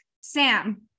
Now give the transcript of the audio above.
Sam